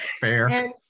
fair